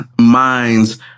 minds